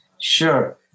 Sure